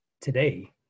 today